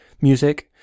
music